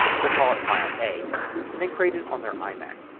we'll call it file a and they create it on their imac.